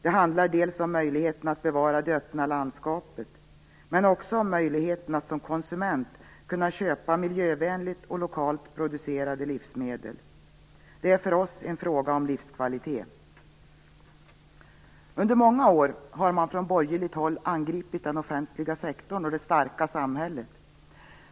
Det handlar om möjligheten att bevara "det öppna landskapet", men också om möjligheten att som konsument kunna köpa miljövänliga och lokalt producerade livsmedel. Det är för oss en fråga om livskvalitet. Under många år har man från borgerligt håll angripit den offentliga sektorn och "det starka samhället".